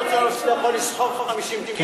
אתה רוצה להראות שאתה יכול לסחוב 50 קילו?